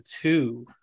two